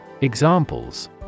Examples